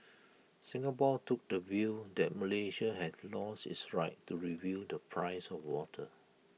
Singapore took the view that Malaysia had lost its right to review the price of water